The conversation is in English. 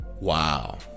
Wow